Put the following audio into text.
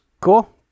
Cool